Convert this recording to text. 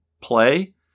play